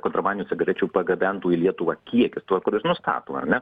kontrabandinių cigarečių pargabentų į lietuvą kiekis tuo kuris nustato ar ne